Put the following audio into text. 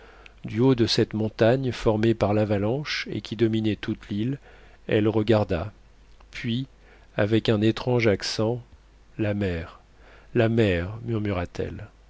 du haut de cette montagne formée par l'avalanche et qui dominait toute l'île elle regarda puis avec un étrange accent la mer la mer